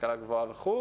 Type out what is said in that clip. השכלה גבוהה וכו'.